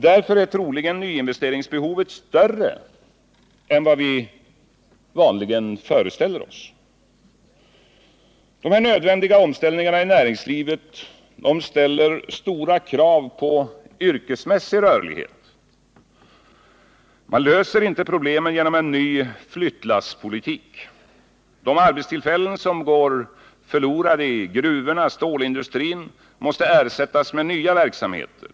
Därför är troligen nyinvesteringsbehovet större än vad vi vanligen föreställer oss. Dessa nödvändiga omställningar inom näringslivet ställer stora krav på yrkesmässig rörlighet. Men man löser inte problemen genom en ny flyttlasspolitik. De arbetstillfällen som går förlorade i gruvorna och stålindustrin måste ersättas med nya verksamheter.